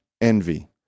envy